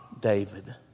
David